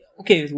okay